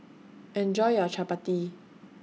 Enjoy your Chapati